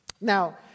Now